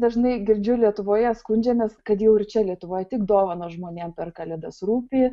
dažnai girdžiu lietuvoje skundžiamės kad jau ir čia lietuvoj tik dovans žmonėm per kalėdas rūpi